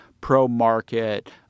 pro-market